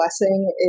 blessing